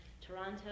Toronto